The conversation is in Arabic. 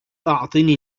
أعطني